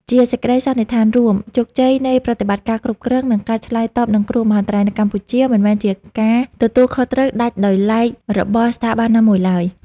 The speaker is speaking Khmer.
ជាសេចក្ដីសន្និដ្ឋានរួម ជោគជ័យនៃប្រតិបត្តិការគ្រប់គ្រង និងការឆ្លើយតបនឹងគ្រោះមហន្តរាយនៅកម្ពុជា មិនមែនជាការទទួលខុសត្រូវដាច់ដោយឡែករបស់ស្ថាប័នណាមួយឡើយ។